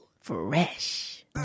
Fresh